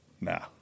Nah